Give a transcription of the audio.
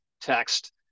text